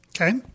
Okay